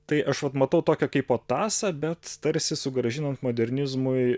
tai aš vat matau tokią kaipo tąsa bet tarsi sugrąžinant modernizmui